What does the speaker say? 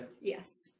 Yes